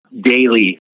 Daily